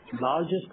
largest